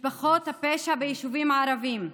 משפחות הפשע ביישובים הערביים.